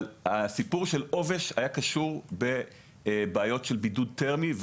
הסיפור של עובש היה קשור בבעיות של בידוד תרמי.